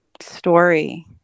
story